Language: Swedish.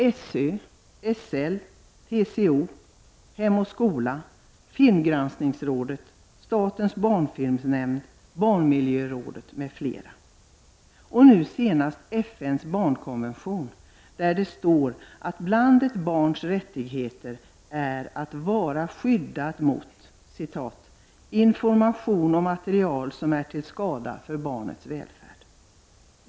Till dessa hör SÖ, SL, TCO, Hem och Skola, Filmgranskningsrådet, statens barnfilmsnämnd, barnmiljörådet m.fl. I FN:s barnkonvetion står det att bland ett barns rättigheter ingår att vara skyddad mot information och material som är till skada för barnets välfärd.